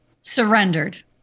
Surrendered